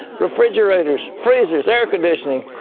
refrigerators, freezers, air conditioning,